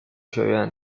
学院